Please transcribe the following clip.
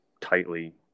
tightly